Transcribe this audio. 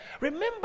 remember